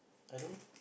I don't